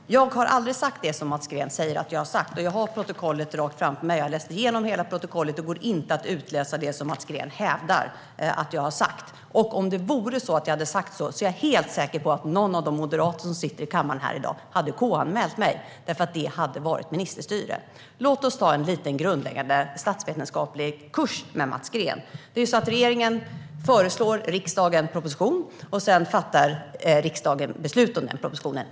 Herr talman! Jag har aldrig sagt det som Mats Green säger att jag har sagt. Och jag har protokollet framför mig. Jag har läst igenom hela protokollet. Det går inte att utläsa det som Mats Green hävdar att jag har sagt. Om jag hade sagt det är jag helt säker på att någon av de moderater som sitter i kammaren här i dag hade KU-anmält mig. Det hade nämligen varit ministerstyre. Låt oss hålla en liten grundläggande statsvetenskaplig kurs för Mats Green! Det är regeringen som lämnar en proposition till riksdagen. Sedan fattar riksdagen beslut om den propositionen.